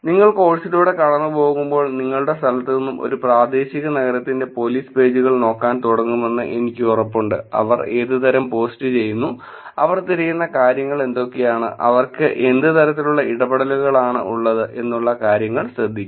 നിങ്ങൾ കോഴ്സിലൂടെ കടന്നുപോകുമ്പോൾ നിങ്ങളുടെ സ്ഥലത്തുനിന്നും ഒരു പ്രാദേശിക നഗരത്തിന്റെ പോലീസ് പേജുകൾ നോക്കാൻ തുടങ്ങുമെന്ന് എനിക്ക് ഉറപ്പുണ്ട് അവർ ഏതുതരം പോസ്റ്റ് ചെയ്യുന്നു അവർ തിരയുന്ന കാര്യങ്ങൾ എന്തൊക്കെയാണ് അവർക്ക് എന്ത് തരത്തിലുള്ള ഇടപെടലുകളാണ് ഉള്ളത് എന്നുള്ള കാര്യങ്ങൾ ശ്രദ്ധിക്കും